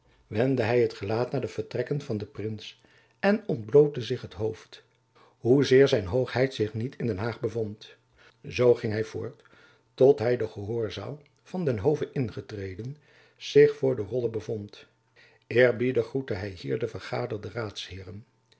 wendde hy het gelaat naar de vertrekken van den prins en ontblootte zich het hoofd hoezeer zijn hoogheid zich niet in den haag bevond zoo ging hy voort tot hy de gehoorzaal van den hove ingetreden zich voor de rolle bevond eerbiedig groette hy hier de vergaderde raadsheeren